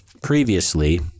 previously